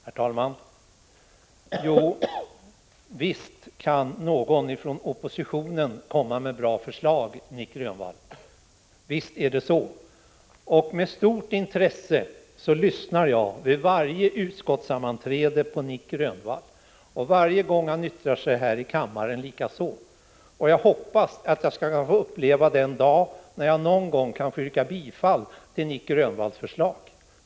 Herr talman! Jo, visst kan någon från oppositionen komma med bra förslag, Nic Grönvall. Med stort intresse lyssnar jag vid varje utskottssammanträde på Nic Grönvall, likaså varje gång han yttrar sig i kammaren. Jag hoppas att jag skall få uppleva den dag då jag kan få yrka bifall till Nic Grönvalls förslag.